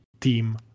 team